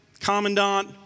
Commandant